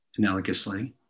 analogously